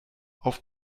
auf